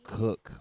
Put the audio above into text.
cook